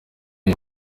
iyi